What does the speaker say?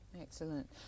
Excellent